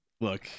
look